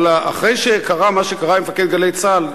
אבל אחרי שקרה מה שקרה עם מפקד "גלי צה"ל",